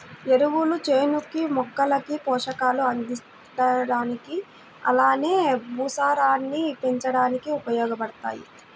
ఎరువులు చేనుకి, మొక్కలకి పోషకాలు అందించడానికి అలానే భూసారాన్ని పెంచడానికి ఉపయోగబడతాయి